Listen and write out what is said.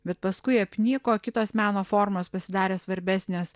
bet paskui apnyko kitos meno formos pasidarė svarbesnės